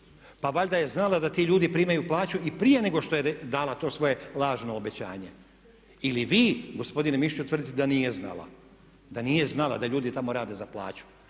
Pa valjda je znala da ti ljudi primaju plaću i prije nego što je dala to svoje lažno obećanje. Ili vi gospodine Mišiću tvrdite da nije znala? Da nije znala da ljudi tamo rade za plaću?